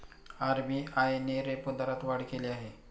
RBI ने repo दरात वाढ केली आहे